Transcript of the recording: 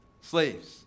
slaves